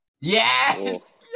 Yes